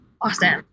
awesome